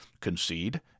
Concede